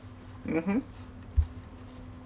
mmhmm